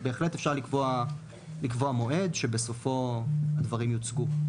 בהחלט אפשר לקבוע מועד שבסופו הדברים יוצגו.